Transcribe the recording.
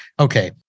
okay